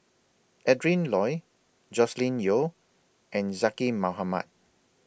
Adrin Loi Joscelin Yeo and Zaqy Mohamad